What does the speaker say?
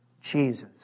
Jesus